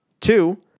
Two